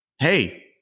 Hey